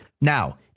Now